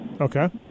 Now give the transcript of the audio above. Okay